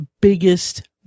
biggest